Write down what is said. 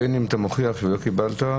גם אם אתה מוכיח שלא קיבלת,